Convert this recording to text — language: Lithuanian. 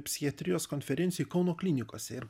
psichiatrijos konferencijoj kauno klinikose ir